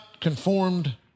conformed